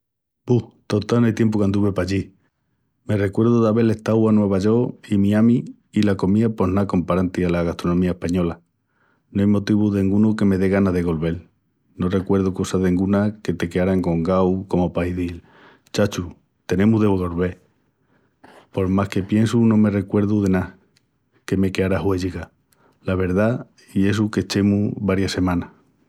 Bu, total no ai tiempu qu'anduvi pallí. Me recuerdu d'avel estau a Nueva York i Miami i la comía pos ná comparanti ala gastronomía española. No ai motivu dengunu que me de ganas de golvel. No recuerdu cosa denguna que te queara engongau comu pa izil: chacho, tenemus de golvel. Por más que piensu no me recuerdu de ná que me queara huélliga, la verdá, i essu qu'echemus varias semanas.